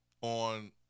on